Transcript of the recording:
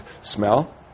smell